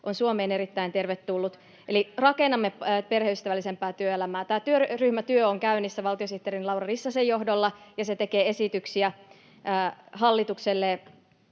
on Suomeen erittäin tervetullut. Eli rakennamme perheystävällisempää työelämää. Tämä työryhmätyö on käynnissä valtiosihteeri Laura Rissasen johdolla, ja se tekee esityksiä hallitukselle